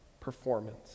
performance